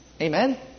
Amen